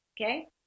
Okay